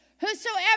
Whosoever